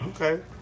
Okay